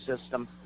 system